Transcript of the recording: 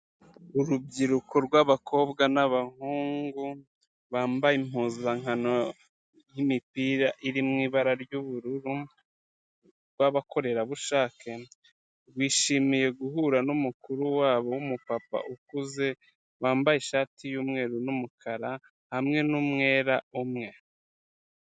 Urubyiruko rw'abakobwa n'abahungu bambaye impuzankano y'imipira iri mu ibara ry'ubururu rw'abakorerabushake, rwishimiye guhura n'umukuru wabo w'umupapa ukuze wambaye ishati y'umweru n'umukara hamwe n'umwera umwe.